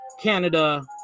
Canada